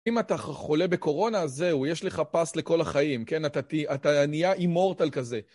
אם אתה חולה בקורונה, זהו, יש לך פס לכל החיים, כן, אתה נהיה אימורטל כזה.